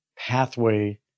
pathway